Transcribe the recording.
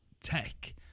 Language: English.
tech